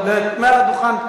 אבל מעל הדוכן,